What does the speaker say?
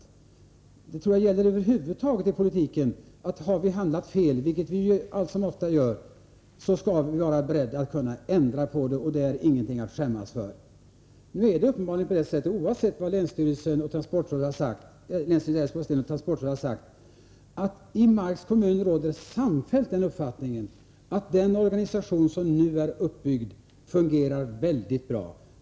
Jag tror att det gäller över huvud taget i politiken att om vi handlat fel, vilket vi emellanåt gör, skall vi vara beredda att ändra på det. Det är ingenting att skämmas för. Nu är det uppenbarligen så, oavsett vad länsstyrelsen i Älvsborgs län och transportrådet har sagt, att i Marks kommun råder samfällt den uppfattningen att den organisation som nu är uppbyggd fungerar mycket bra.